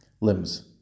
limbs